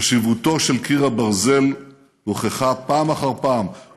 חשיבותו של קיר הברזל הוכחה פעם אחר פעם,